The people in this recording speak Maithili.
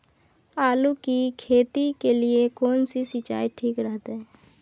आलू की खेती के लिये केना सी सिंचाई ठीक रहतै?